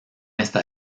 esta